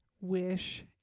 wish